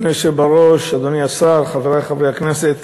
אדוני היושב בראש, אדוני השר, חברי חברי הכנסת,